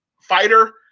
fighter